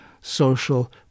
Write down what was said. social